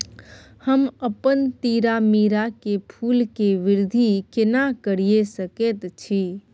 हम अपन तीरामीरा के फूल के वृद्धि केना करिये सकेत छी?